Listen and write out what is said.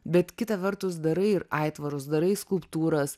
bet kita vertus darai ir aitvarus darai skulptūras